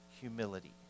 Humility